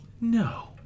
No